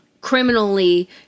criminally